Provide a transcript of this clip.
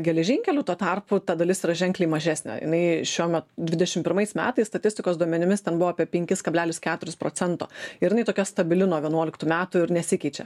geležinkelių tuo tarpu ta dalis yra ženkliai mažesnė jinai šiuo me dvidešim pirmais metais statistikos duomenimis ten buvo apie penkis kablelis keturis procento ir jinai tokia stabili nuo vienuoliktų metų ir nesikeičia